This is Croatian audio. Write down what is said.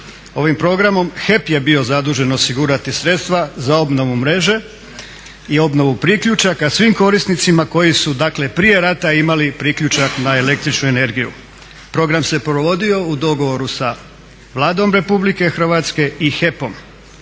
Ovim programom HEP je bio zadužen osigurati sredstva za obnovu mreže i obnovu priključaka svim korisnicima koji su, dakle prije rata imali priključak na električnu energiju. Program se provodio u dogovoru sa Vladom RH i HEP-om.